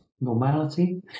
normality